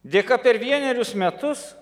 dėka per vienerius metus